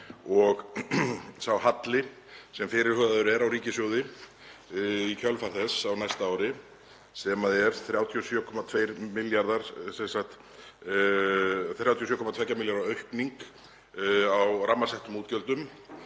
sá halli sem fyrirhugaður er á ríkissjóði í kjölfar þess á næsta ári sem er 37,2 milljarða aukning á rammasettum útgjöldum